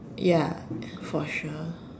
ya for sure